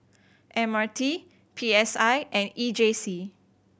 M R T P S I and E J C